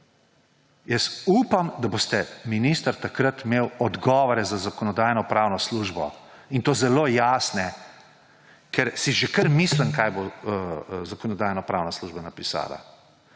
Upam, da boste, minister, takrat imeli odgovore za Zakonodajno-pravno službo, in to zelo jasne, ker si že kar mislim, kaj bo Zakonodajno-pravna služba napisala.